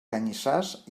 canyissars